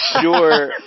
sure